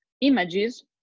images